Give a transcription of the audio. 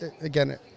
again